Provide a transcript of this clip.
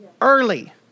Early